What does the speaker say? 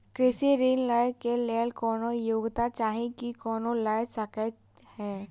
कृषि ऋण लय केँ लेल कोनों योग्यता चाहि की कोनो लय सकै है?